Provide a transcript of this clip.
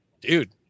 dude